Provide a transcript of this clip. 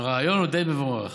הרעיון הוא די מבורך,